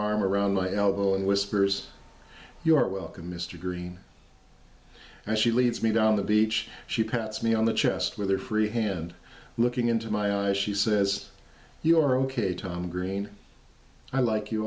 arm around my elbow and whispers your welcome mr green and she leads me down the beach she pats me on the chest with her free hand looking into my eyes she says you are ok tom green i like you